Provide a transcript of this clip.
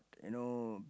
you know